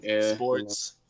sports